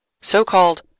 so-called